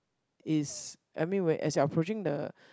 is I mean when as you're approaching the